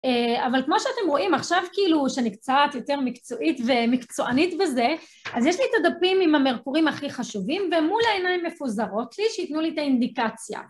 אבל כמו שאתם רואים, עכשיו כאילו שאני קצת יותר מקצועית ומקצוענית בזה, אז יש לי ת'דפים עם המירקורים הכי חשובים, ומול העיניים מפוזרות לי שיתנו לי את האינדיקציה.